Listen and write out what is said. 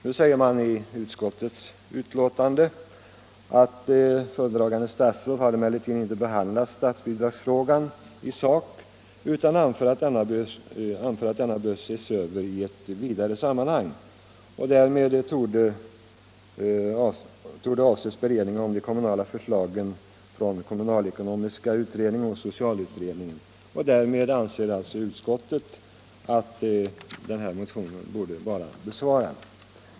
Nu sägs det i utskottets betänkande att föredragande statsrådet inte har behandlat statsbidragsfrågan i sak utan anfört att denna bör ses över i ett vidare sammanhang. Därmed torde man avse beredning av de kommande förslagen från kommunalekonomiska utredningen och socialutredningen. I och med detta anser utskottet att min motion borde vara besvarad.